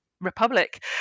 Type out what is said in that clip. Republic